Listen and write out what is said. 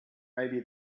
maybe